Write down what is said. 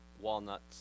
walnuts